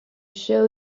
show